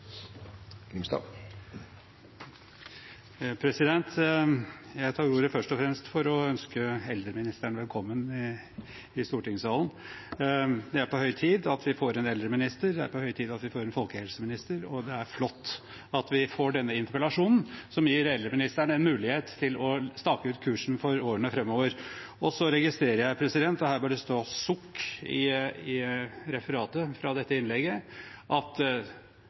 på høy tid at vi får en eldreminister. Det er på høy tid at vi får en folkehelseminiser, og det er flott at vi får denne interpellasjonen som gir eldreministeren en mulighet til å stake ut kursen for årene framover. Så registrerer jeg – og her bør det stå «sukk» i referatet fra dette innlegget – at